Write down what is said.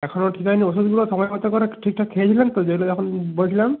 এখনও ঠিক হয়নি ওষুধগুলো সময় মতো করে ঠিকঠাক খেয়েছিলেন তো যেগুলো যখন বলেছিলাম